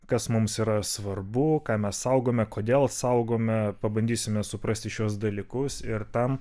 kas mums yra svarbu ką mes saugome kodėl saugome pabandysime suprasti šiuos dalykus ir tam